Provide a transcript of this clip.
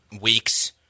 weeks